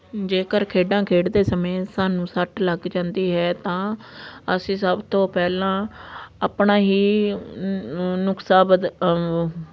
ਜੇਕਰ ਖੇਡਾਂ ਖੇਡਦੇ ਸਮੇਂ ਸਾਨੂੰ ਸੱਟ ਲੱਗ ਜਾਂਦੀ ਹੈ ਤਾਂ ਅਸੀਂ ਸਭ ਤੋਂ ਪਹਿਲਾਂ ਆਪਣਾ ਹੀ ਨੁਖਸਾ ਬਦ